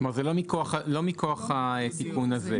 כלומר, זה לא מכוח התיקון הזה.